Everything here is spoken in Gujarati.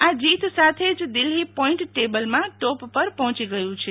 આ જીત સાથે જ દિલ્ફી પોઇન્ટ ટેબલમાં ટોપ પર પહોંચી ગયુ છે